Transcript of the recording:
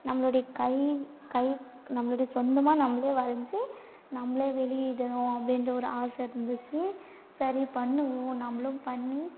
நம்மளுடைய கை கைக்கு நம்மளுடைய சொந்தமாக நம்மளே வரைந்து நம்மளே வெளியிடணும் அப்படின்ற ஒரு ஆசை இருந்துச்சு சரி பண்ணுவோம் நம்மளும் பண்ணி